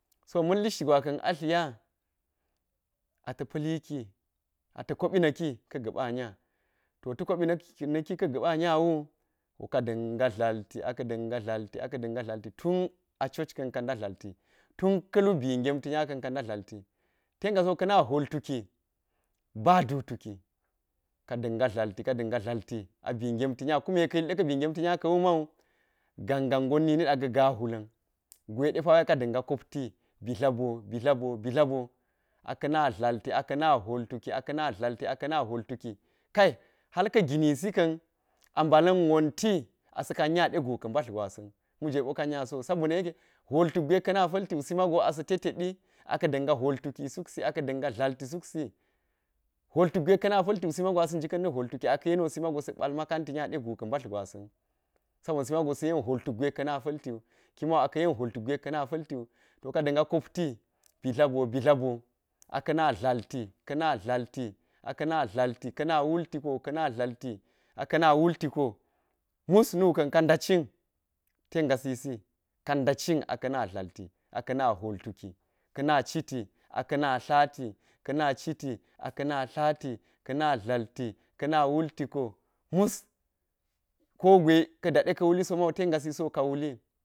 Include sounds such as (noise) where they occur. So ma̱n lishti gwa ka̱n attinya ata̱ koni ki ata̱ koɓi na̱ki ka̱ ga̱ba nya, to ta̱ koɓi na̱ ki ka̱ ga̱ba nya wu to ka da̱nga dlalti, a ka̱ da̱nga dlalti, aka̱ da̱nga dlalti tun a church ka̱n ka nda dlalti tun kulu bi ngemti nya ka̱n ka ada dlalti ten gasiwo ka̱na hwoltuki ba duu tuki, ka da̱nga dlalti, ka da̱nja dlalti a bii ngemti nya kume ka̱ yil ɗa̱ka̱ bii ngemti nya ka̱wu mau gangan gon nini ɗa ga̱ gahwula̱n (noise) gwe de pawo ka da̱nga kopti bi dlabro, bi dlaboo, bi dlaboo aka̱ na dlalti aka̱ na hwoltuki, aka̱ na dlalti aka̱ na hwol tuki kai halka̱ gini si ka̱n a mbala̱n wonti asa̱ kan nya ɗe guu ka mbalti gwasa̱n ma̱jwe ɓo kan nya so sabo na̱ yeke hwol tuk gwe ka̱na pa̱ltiwu simago asa̱ teteɗi aka̱ da̱n ga hwol tuki suksi hwol tuk ka̱na pa̱ltiwu simago asa nji ka̱n na̱ hwoltuki aka̱ te niwo si mago sa̱ ba̱l ma kanti nya de gun ka̱ mbati gwasa̱n. Sabo na̱ si mago sa̱ yen hwol tuk gwe ka̱na pa̱ltiwu ki mago aka̱ yen hwol tuk gwe kana pa̱ltiwu to ka da̱nga kopti bi dlaboo, bi dlabo aka̱na dlalti, ka̱ na dlalti a ka̱na dalti ana wulti koo ka̱na dalti a ka̱na wulti koo mus nu ka̱n ka nda cin tengasisi ka nda cin aka̱ na dlalti a ka̱na hwol tuki, ka̱na citi aka̱ natlati ka̱na citi aka̱ natlati ka̱na dlalti aka̱na wulti koo mus koo gwe ka̱ daɗe ka̱ wulisogo ka wuli.